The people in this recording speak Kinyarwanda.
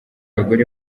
abagore